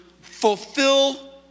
fulfill